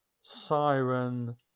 Siren